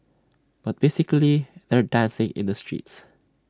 but basically they're dancing in the streets